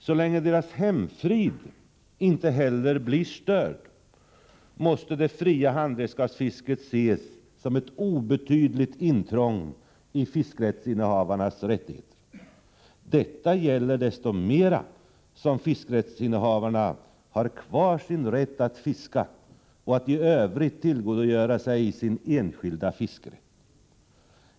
Så länge deras hemfrid inte heller blir störd måste det fria handredskapsfisket ses som ett obetydligt intrång i fiskerättshavarnas rättigheter. Detta gäller desto mera som fiskerättshavarna har kvar sin rätt att fiska och att i övrigt tillgodogöra sig sin enskilda fiskerätt.